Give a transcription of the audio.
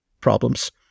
problems